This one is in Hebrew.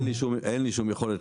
אין לי שום יכולת